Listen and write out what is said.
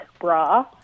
bra